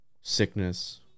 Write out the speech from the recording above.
sickness